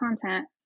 content